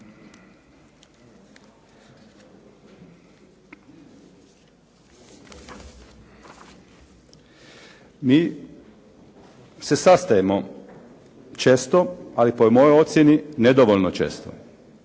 Mi se sastajemo često, ali po mojoj ocjeni nedovoljno često.